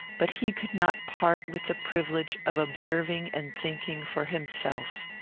but he could not part with the privilege of observing and thinking for himself.